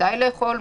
מתי לאכול,